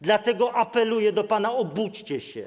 Dlatego apeluję do pana: obudźcie się.